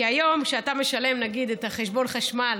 כי היום כשאתה משלם נגיד חשבון חשמל,